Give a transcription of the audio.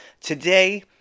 Today